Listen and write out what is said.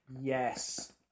Yes